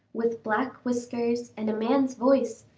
with black whiskers, and a man's voice,